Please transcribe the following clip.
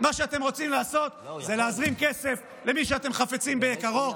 מה שאתם רוצים לעשות זה להזרים כסף למי שאתם חפצים ביקרו,